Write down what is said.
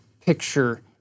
picture